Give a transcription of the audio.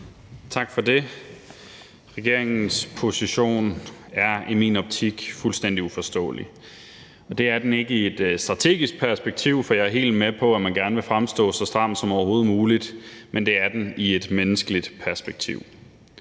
Tak for det. Regeringens position er i min optik fuldstændig uforståelig, og det er den ikke i et strategisk perspektiv, for jeg er helt med på, at man gerne vil fremstå så stram som overhovedet muligt, men det er den i et menneskeligt perspektiv.